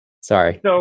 Sorry